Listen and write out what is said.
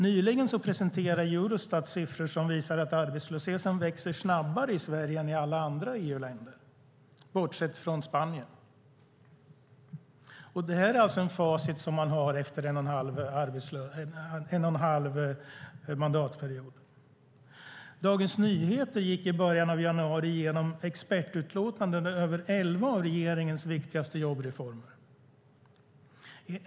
Nyligen presenterade Eurostat siffror som visar att arbetslösheten växer snabbare i Sverige än i alla andra EU-länder, bortsett från Spanien. Det är alltså facit efter en och en halv mandatperiod. Dagens Nyheter gick i början av januari igenom expertutlåtanden över elva av regeringens viktigaste jobbreformer.